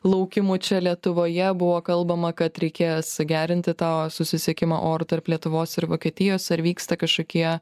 laukimu čia lietuvoje buvo kalbama kad reikės gerinti to susisiekimą oru tarp lietuvos ir vokietijos ar vyksta kažkokie